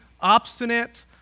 obstinate